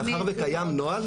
מאחר וקיים נוהל,